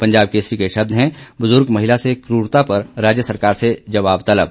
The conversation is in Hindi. पंजाब केसरी के शब्द हैं बुजुर्ग महिला से क्रूरता पर राज्य सरकार से जवाब तलब